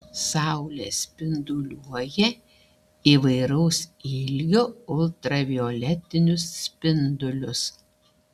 saulė spinduliuoja įvairaus ilgio ultravioletinius spindulius